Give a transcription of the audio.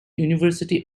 university